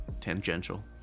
tangential